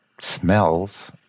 smells